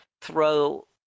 throw